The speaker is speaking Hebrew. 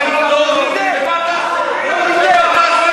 לא ניתן.